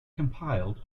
compiled